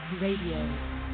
Radio